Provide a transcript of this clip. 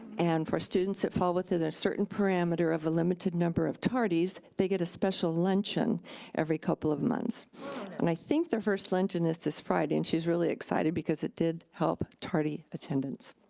and for students that fall within a certain parameter of a limited number of tardies, they get a special luncheon every couple of months and i think the first luncheon is this friday and she's really excited because it did help tardy attendance.